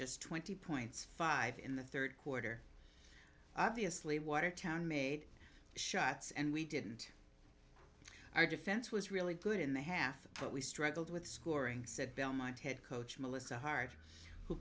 just twenty points five in the third quarter obviously watertown made shots and we didn't our defense was really good in the half but we struggled with scoring said belmont head coach melissa hart who